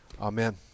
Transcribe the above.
Amen